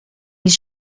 his